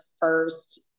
first